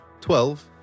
Twelve